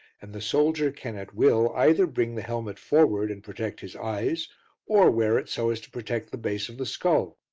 and the soldier can at will either bring the helmet forward and protect his eyes or wear it so as to protect the base of the skull.